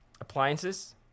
appliances